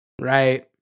Right